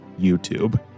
YouTube